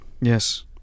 Yes